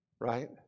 right